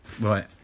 Right